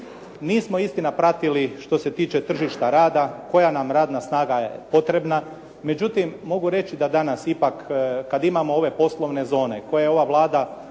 Nismo istina pratili, što se tiče tržišta rada koja nam radna snaga je potrebna, međutim, mogu reći da danas ipak kad imamo ove poslovne zone koje ova Vlada